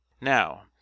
Now